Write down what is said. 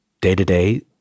day-to-day